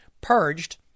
purged